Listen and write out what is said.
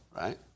right